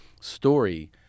story